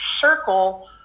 Circle